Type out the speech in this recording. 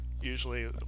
usually